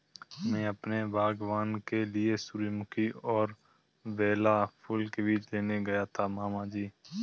मैं अपने बागबान के लिए सूरजमुखी और बेला फूल के बीज लेने गया था मामा जी